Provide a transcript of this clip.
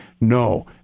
no